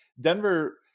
denver